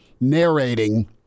narrating